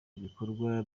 ibikorwa